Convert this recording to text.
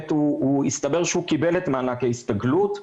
הסתבר שהוא קיבל את מענק ההסתגלות,